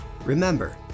Remember